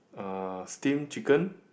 uh steam chicken